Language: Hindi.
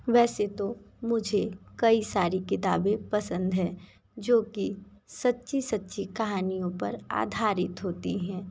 वैसे तो मुझे कई सारी किताबें पसंद हैं जो कि सच्ची सच्ची कहानियों पर आधारित होती हैं